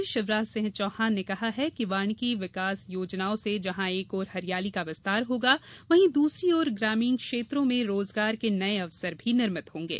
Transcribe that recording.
मुख्यमंत्री ने कहा कि वानिकी विकास योजनाओं से जहाँ एक ओर हरियाली का विस्तार होगा वहीं दूसरी ओर ग्रामीण क्षेत्रों में रोजगार के नये अवसर भी निर्मित होंगे